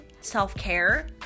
self-care